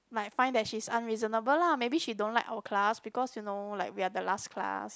might find that she is unreasonable lah maybe she don't like our class because you know like we are the last class